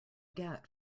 get